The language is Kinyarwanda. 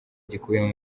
gikubiyemo